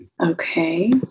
okay